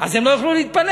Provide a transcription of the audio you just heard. הם לא יוכלו להתפלל,